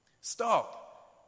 stop